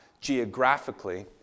geographically